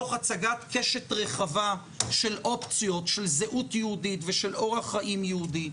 מתוך הצגת קשת רחבה של אופציות של זהות יהודית ושל אורח חיים יהודי,